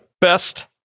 best